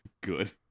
Good